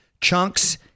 Chunks